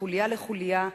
מחוליה לחוליה,